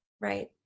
Right